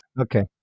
Okay